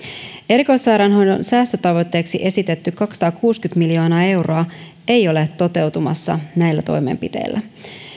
erikoissairaanhoidon säästötavoitteeksi esitetty kaksisataakuusikymmentä miljoonaa euroa ei ole toteutumassa näillä toimenpiteillä